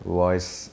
voice